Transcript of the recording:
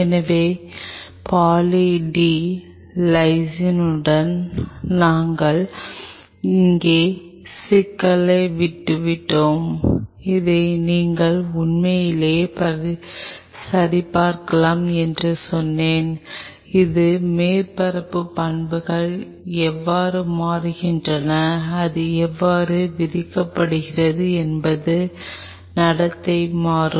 எனவே poly D லைசினுடன் நாங்கள் இங்கே சிக்கலை விட்டுவிட்டோம் அதை நீங்கள் உண்மையிலேயே சரிபார்க்கலாம் என்று சொன்னேன் இது மேற்பரப்பு பண்புகள் எவ்வாறு மாறுகின்றன அது எவ்வாறு விதிக்கப்படுகிறது என்பது நடத்தை மாறும்